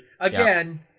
Again